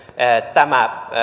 tämä